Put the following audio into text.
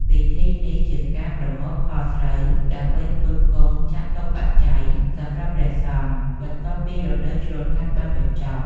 ពិធីនេះជាការប្រមូលផលស្រូវដើម្បីផ្គត់ផ្គង់ចតុប្បច្ច័យសម្រាប់ព្រះសង្ឃ បន្ទាប់ពីរដូវច្រូតកាត់បានបញ្ចប់ ។